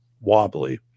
wobbly